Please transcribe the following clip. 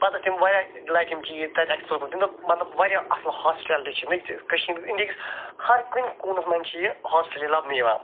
پتہٕ ٲسۍ تٔمۍ واریاہ لَٹہِ یِم چیٖز تَتہِ ایٚکٕسپٕلور کوٚرمُت تٔمۍ دوٚپ مطلب واریاہ اصٕل ہاسپِٹَلٹی چھِ نَہ کہِ اِنٛڈِیا ہکِس ہر کُنہِ کوٗنَس منٛز چھِ یہِ ہاسپِٹَلٹی لبنہٕ یِوان